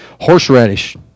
Horseradish